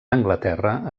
anglaterra